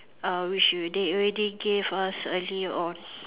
uh which were they already gave us earlier on